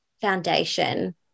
foundation